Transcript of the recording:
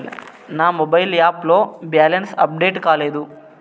నా mobile app లో balance update కాలేదు